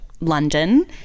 London